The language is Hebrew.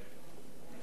כנסת נכבדה,